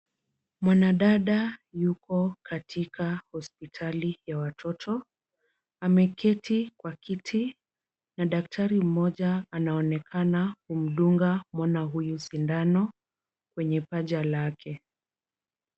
Mwanadada yuko katika hospitali ya watoto, ameketi kwa kiti na daktari mmoja anaonekana kumdunga mwana huyu sindano kwenye paja lake.